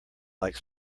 like